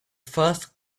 first